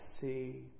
see